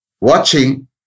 watching